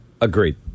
Agreed